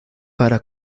para